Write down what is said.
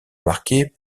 marquées